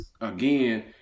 again